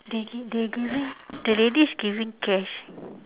they they giving the lady's giving cash